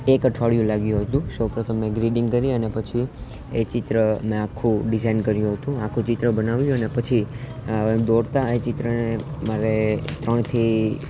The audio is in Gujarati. એક અઠવાડિયું લાગ્યું હતું સૌપ્રથમ મેં ગ્રીડિંગ કરી અને પછી એ ચિત્ર મેં આખું ડિઝાઇન કર્યું હતું આખું ચિત્ર બનાવ્યું અને પછી દોરતા ચિત્રને મારે ત્રણથી